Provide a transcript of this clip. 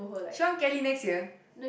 she want Cali next year